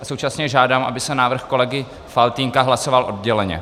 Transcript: A současně žádám, aby se návrh kolegy Faltýnka hlasoval odděleně.